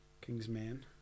Kingsman